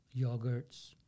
yogurts